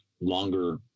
longer